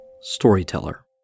storyteller